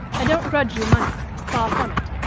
i don't grudge you money far from it.